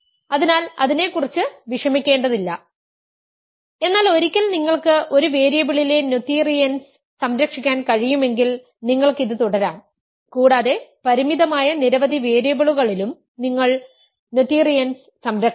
അതിനാൽ അതിനെക്കുറിച്ച് വിഷമിക്കേണ്ടതില്ല എന്നാൽ ഒരിക്കൽ നിങ്ങൾക്ക് ഒരു വേരിയബിളിലെ നോഥീരിയൻസ് സംരക്ഷിക്കാൻ കഴിയുമെങ്കിൽ നിങ്ങൾക്ക് ഇത് തുടരാം കൂടാതെ പരിമിതമായ നിരവധി വേരിയബിളുകളിലും നിങ്ങൾ നോതേരിയൻസ് സംരക്ഷിക്കും